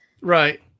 Right